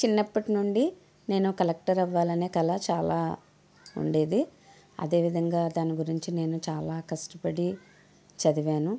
చిన్నప్పట్నుండి నేను కలెక్టర్ అవ్వాలనే కల చాలా ఉండేది అదేవిధంగా దాని గురించి నేను చాలా కష్టపడి చదివాను